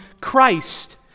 Christ